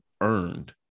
earned